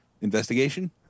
Investigation